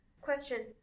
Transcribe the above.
Question